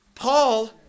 Paul